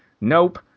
Nope